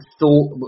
thought